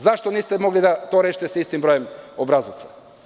Zašto to niste mogli da rešite sa istim brojem obrazaca.